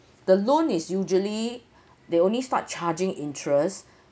the loan is usually they only start charging interest